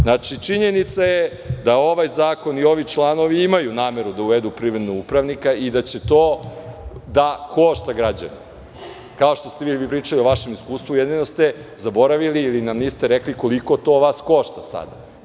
Znači, činjenica je da ovaj zakon i ovi članovi imaju nameru da uvedu privrednog upravnika, i da će to da košta građane, kao što ste vi pričali o vašem iskustvu, jedino ste zaboravili ili nam niste rekli koliko to vas košta sada.